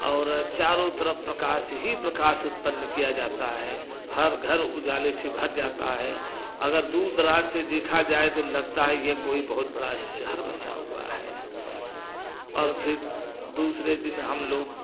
और चारों तरफ प्रकास ही प्रकास उत्पन्न किया जाता है हर घर उजाले से भर जाता है अगर दूर दराज से देखा जाए तो लगता है ये कोई बहुत बड़ा शहर बसा हुआ है और फिर दूसरे दिन हम लोग